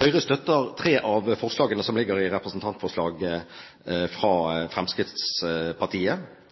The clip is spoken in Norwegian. Høyre støtter tre av forslagene i representantforslaget fra Fremskrittspartiet.